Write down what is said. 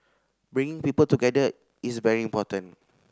bringing people together is very important